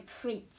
prince